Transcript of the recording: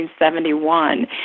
1971